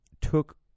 took